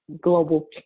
Global